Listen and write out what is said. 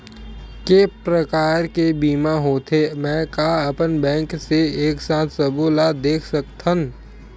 के प्रकार के बीमा होथे मै का अपन बैंक से एक साथ सबो ला देख सकथन?